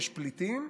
יש פליטים,